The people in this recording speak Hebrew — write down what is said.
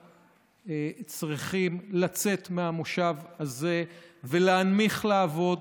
צריכים לצאת מהמושב הזה ולהנמיך להבות,